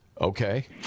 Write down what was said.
okay